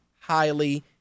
highly